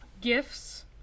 Gifts